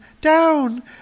down